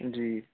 जी